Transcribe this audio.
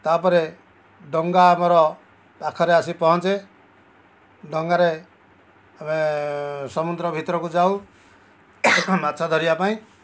ତା'ପରେ ଡଙ୍ଗା ଆମର ପାଖରେ ଆସି ପହଞ୍ଚେ ଡଙ୍ଗାରେ ଆମେ ସମୁଦ୍ର ଭିତରକୁ ଯାଉ ମାଛ ଧରିବା ପାଇଁ